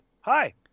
hi